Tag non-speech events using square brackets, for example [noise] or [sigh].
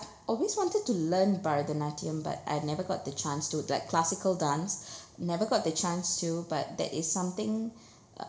always wanted to learn bharatanatyam but I never got the chance to like classical dance [breath] never got the chance to but that is something uh